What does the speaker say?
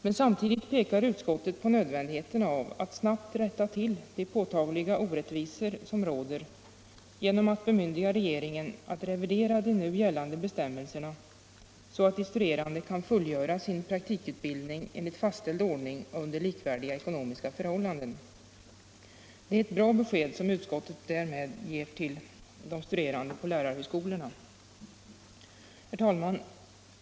Men samtidigt pekar utskottet på nödvändigheten av att snabbt rätta till de påtagliga orättvisor som råder, genom att bemyndiga regeringen att revidera de nu gällande bestämmelserna så att de studerande kan fullgöra sin praktikutbildning enligt fastställd ordning under likvärdiga ekonomiska förhållanden. Det är ett bra besked som utskottet därmed ger de studerande på lärarhögskolorna. Herr talman!